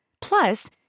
Plus